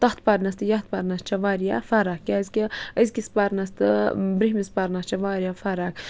تَتھ پَرنَس تہٕ یَتھ پَرنَس چھےٚ واریاہ فرق کیٛازِکہِ أزۍکِس پَرنَس تہٕ بروٗنٛہمِس پرنَس چھےٚ واریاہ فرق